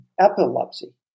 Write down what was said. epilepsy